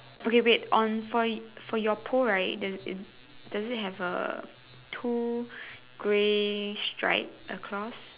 okay wait on for for your pole right does does it have a two grey stripe across